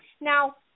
Now